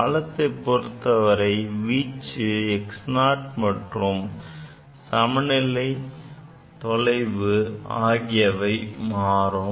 காலத்தைப் பொறுத்து வீச்சு x0 மற்றும் சமன்நிலை தொலைவு ஆகியவை மாறும்